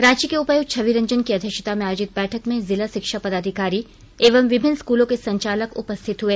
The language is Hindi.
रांची के उपायुक्त छवि रंजन की अध्यक्षता में आयोजित बैठक में जिला शिक्षा पदाधिकारी एवं विभिन्न स्कूलों के संचालक उपस्थित हुए